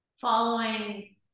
following